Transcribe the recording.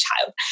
child